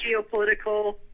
geopolitical